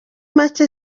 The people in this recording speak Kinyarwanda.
make